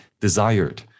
desired